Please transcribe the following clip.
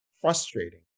frustrating